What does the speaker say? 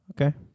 Okay